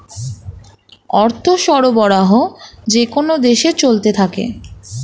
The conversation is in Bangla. অর্থ সরবরাহ যেকোন দেশে চলতে থাকে